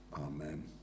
Amen